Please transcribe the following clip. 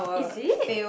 is it